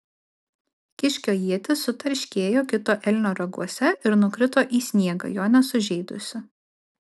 kiškio ietis sutarškėjo kito elnio raguose ir nukrito į sniegą jo nesužeidusi